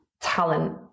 talent